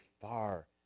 far